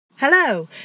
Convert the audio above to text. Hello